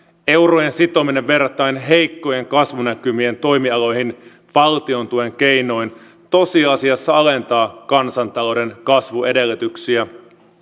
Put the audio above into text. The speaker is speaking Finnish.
eurojen sitominen verrattain heikkojen kasvunäkymien toimialoihin valtiontuen keinoin tosiasiassa alentaa kansantalouden kasvuedellytyksiä